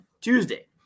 Tuesday